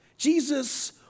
Jesus